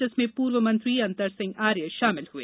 जिसमें पूर्व मंत्री अंतर सिंह आर्य शामिल हुए